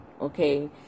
okay